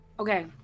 Okay